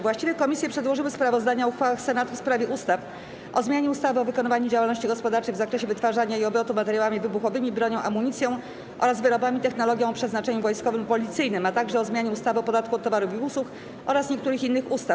Właściwe komisje przedłożyły sprawozdania o uchwałach Senatu w sprawie ustaw: - o zmianie ustawy o wykonywaniu działalności gospodarczej w zakresie wytwarzania i obrotu materiałami wybuchowymi, bronią, amunicją oraz wyrobami i technologią o przeznaczeniu wojskowym lub policyjnym, - o zmianie ustawy o podatku od towarów i usług oraz niektórych innych ustaw.